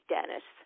Dennis